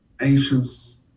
anxious